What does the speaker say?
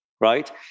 right